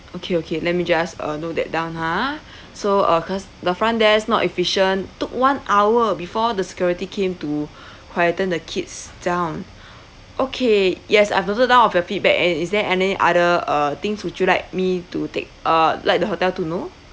okay okay let me just uh note that down ha so uh cause the front desk not efficient took one hour before the security came to quieten the kids down okay yes I've noted down of your feedback and is there any other uh things would you like me to take uh let the hotel to know